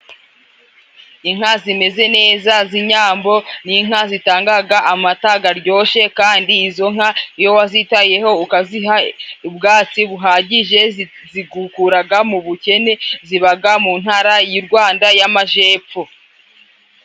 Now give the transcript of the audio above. Inka zimeze neza z'inyambo. Ni inka zitangaga amata garyoshe, kandi izo nka iyo wazitayeho ukaziha ubwatsi buhagije zigukuraga mu bukene. Zibaga mu Ntara y'i Rwanda y'Amajepfo.